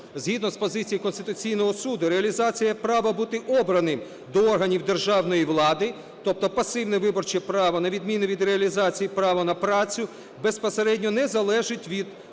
згідно з позицією Конституційного Суду реалізація права бути обраним до органів державної влади, тобто пасивне виборче право, на відміну від реалізації права на працю, безпосередньо не залежить від волі